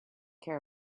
care